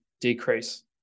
decrease